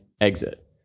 exit